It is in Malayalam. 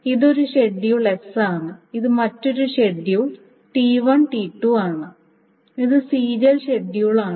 ഇത് ഒരു ഷെഡ്യൂൾ എസ് ആണ് ഇത് മറ്റൊരു ഷെഡ്യൂൾ T1 T2 ആണ് ഇത് സീരിയൽ ഷെഡ്യൂളാണ്